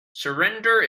surrender